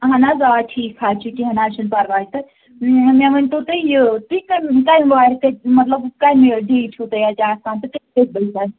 اَہَن حظ آ ٹھیٖک حظ چھُ کیٚنٛہہ نہ حظ چھُنہٕ پَرواے تہٕ مےٚ ؤنۍ تو تُہۍ یہِ تُہۍ کہِ کَمہِ وارِ مطلب کَمہِ ڈیٹ چھُو تُہۍ اَتہِ آسان تہٕ